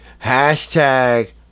hashtag